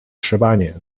十八年